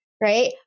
Right